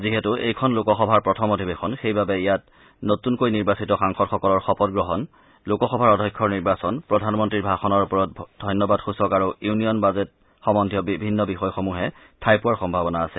যিহেতু এইখন লোকসভাৰ প্ৰথম অধিৱেশন সেইবাবে ইয়াত নতূন নিৰ্বাচিত সাংসদসকলৰ শপত গ্ৰহণ লোকসভাৰ অধ্যক্ষৰ নিৰ্বাচন প্ৰধানমন্ত্ৰীৰ ভাষনত ওপৰত ধন্যবাদসূচক আৰু ইউনিয়ন বাজেট সম্পন্ধীয় বিভিন্ন বিষয় সমূহে ঠাই পোৱাৰ সম্ভাৱনা আছে